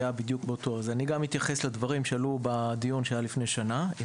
אני אתייחס גם לדברים שעלו בדיון שהיה לפני שנה.